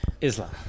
Islam